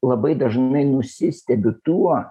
labai dažnai nusistebiu tuo